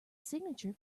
signature